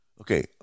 Okay